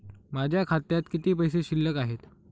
माझ्या खात्यात किती पैसे शिल्लक आहेत?